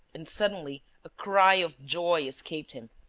and suddenly a cry of joy escaped him.